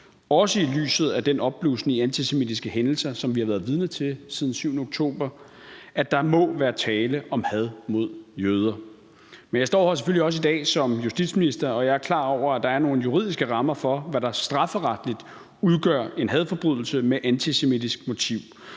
også i lyset af den opblussen i antisemitiske hændelser, som vi har været vidne til siden den 7. oktober, at der må være tale om had mod jøder. Men jeg står her selvfølgelig også i dag som justitsminister, og jeg er klar over, at der er nogle juridiske rammer for, hvad der strafferetligt udgør en hadforbrydelse med et antisemitisk motiv,